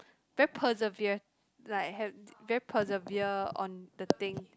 very persevere like have very persevere on the thing